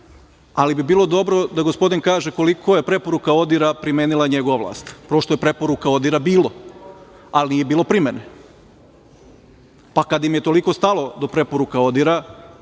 Bilo bi dobro da gospodin kaže koliko je preporuka ODIHR-a primenila njegova vlast, pošto je preporuka ODIHR-a bilo, ali nije bilo primene. Kada im je toliko stalo do preporuka ODIHR-a